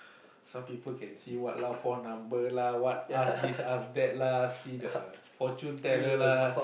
some people can see what lah phone number lah what ask this ask that lah see the fortune teller lah